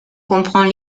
comprend